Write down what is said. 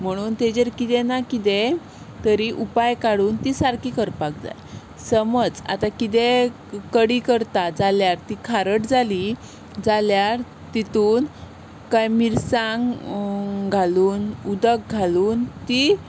म्हणून ताचेर कितें ना कितें तरी उपाय काडून ती सारकी करपाक जाय समज आतां कितें कडी करता जाल्यार ती खारट जाली जाल्यार तातूंत कांय मिरसांगो घालून उदक घालून ती